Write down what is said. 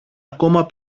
ακόμα